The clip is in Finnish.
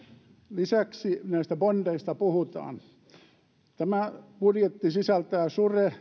lisäksi näistä bondeista puhutaan tämä budjetti sisältää sure